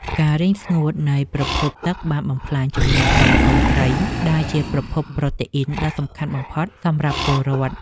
ការរីងស្ងួតនៃប្រភពទឹកបានបំផ្លាញជម្រកពងកូនត្រីដែលជាប្រភពប្រូតេអ៊ីនដ៏សំខាន់បំផុតសម្រាប់ពលរដ្ឋ។